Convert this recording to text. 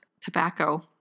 tobacco